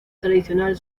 tradicional